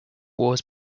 wars